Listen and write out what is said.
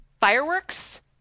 fireworks